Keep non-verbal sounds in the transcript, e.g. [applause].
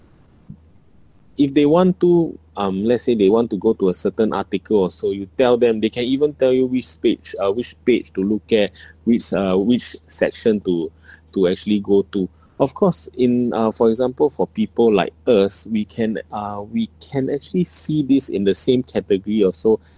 if they want to um let's say they want to go to a certain article or so you tell them they can even tell you which page uh which page to look at [breath] which uh which section to [breath] to actually go to of course in uh for example for people like us we can uh we can actually see this in the same category also